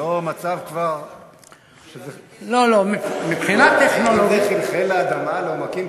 זה לא כבר מצב שזה חלחל לאדמה לעומקים